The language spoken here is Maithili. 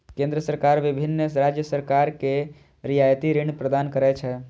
केंद्र सरकार विभिन्न राज्य सरकार कें रियायती ऋण प्रदान करै छै